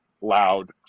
loud